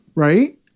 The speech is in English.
Right